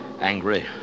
angry